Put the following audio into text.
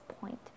point